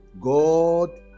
God